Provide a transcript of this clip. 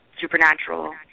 supernatural